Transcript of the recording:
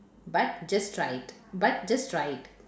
but just try it but just try it